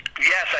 Yes